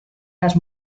las